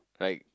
like